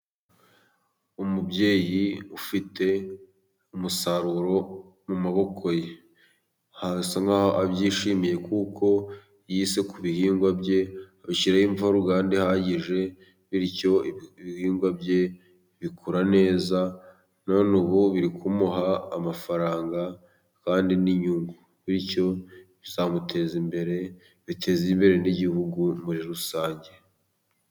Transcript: Umubyeyi ufite umusaruro mu maboko ye birasa nk'aho abyishimiye kuko yise ku bihingwa bye ashyiraho ifumbire mvaruganda ihagije, bityo ibihingwa bye bikura neza. None ubu biri kumuha amafaranga kandi n'inyungu, bityo bizamuteza imbere, biteze imbere n'igihugu muri rusange.